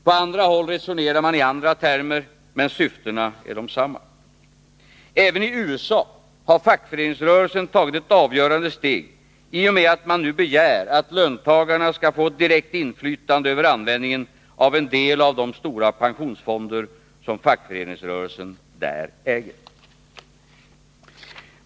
På andra håll resonerar man i andra termer, men syftena är desamma. I USA har fackföreningsrörelsen tagit ett avgörande steg i och med att man nu begär att löntagarna skall få ett direkt inflytande över användningen av en del av de stora pensionsfonder som fackföreningsrörelsen där äger.